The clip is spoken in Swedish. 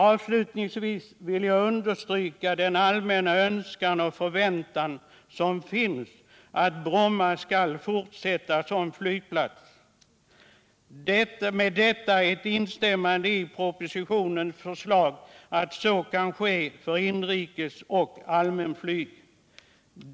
Avslutningsvis vill jag understryka den allmänna önskan och förväntan som finns att Bromma kan fortsätta som flygplats, och jag instämmer i propositionens förslag om att så skall ske för inrikesoch allmänflyg.